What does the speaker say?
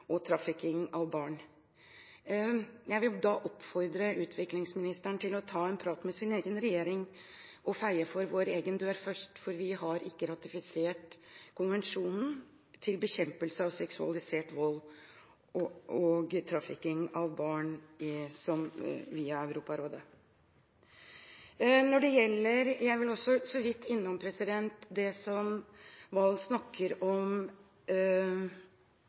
og trafficking av barn. Jeg vil da oppfordre utviklingsministeren til å ta en prat med sin egen regjering og først feie for vår egen dør, for vi har ikke ratifisert konvensjonen til bekjempelse av seksualisert vold og trafficking av barn via Europarådet. Jeg vil også så vidt innom det som